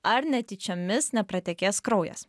ar netyčiomis nepratekės kraujas